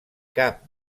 cap